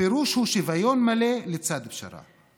הפירוש הוא שוויון מלא לצד פשרה.